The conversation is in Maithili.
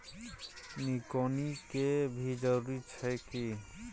निकौनी के भी जरूरी छै की?